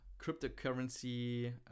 cryptocurrency